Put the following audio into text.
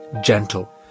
gentle